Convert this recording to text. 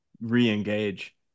re-engage